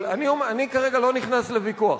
אבל אני כרגע לא נכנס לוויכוח,